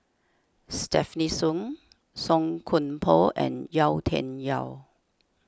Stefanie Sun Song Koon Poh and Yau Tian Yau